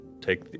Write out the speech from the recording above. take